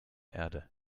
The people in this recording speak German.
erde